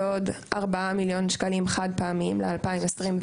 ועוד 4 מיליון שקלים חד פעמיים ל-2024.